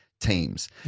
teams